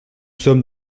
sommes